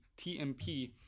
TMP